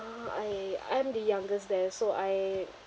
uh I I am the youngest there so I